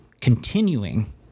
Continuing